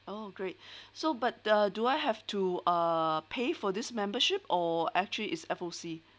oh great so but uh do I have to uh pay for this membership or actually it's F_O_C